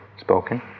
spoken